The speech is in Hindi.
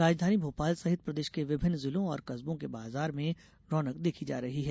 राजधानी भोपाल सहित प्रदेश के विभिन्न जिलों और कस्बों के बाजार में रौनक देखी जा रही है